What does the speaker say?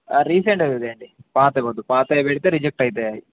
recent అేదేండి పాత పోద్దు పాతయ పెడితే రిజెక్ట్ అయితే